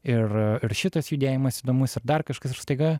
ir ir šitas judėjimas įdomus ir dar kažkas ir staiga